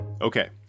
Okay